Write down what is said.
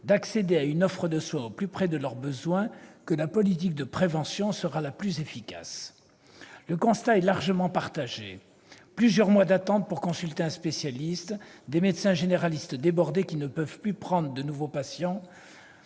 d'accéder à une offre de soins au plus près de leurs besoins que la politique de prévention sera la plus efficace. Le constat est largement partagé : plusieurs mois d'attente pour consulter un spécialiste, des médecins généralistes débordés qui ne peuvent plus prendre de nouveaux patients,